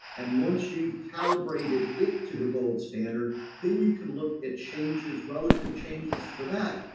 and once you've calibrated it to the gold standard then you can look at changes relative changes for that.